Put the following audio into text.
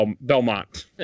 Belmont